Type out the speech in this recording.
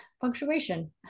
punctuation